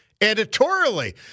editorially